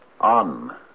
On